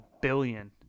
billion